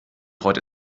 freut